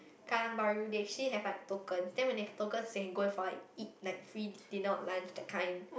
Kallang Bahru they actually have like token then when they have tokens they can go for like eat like free dinner or lunch that kind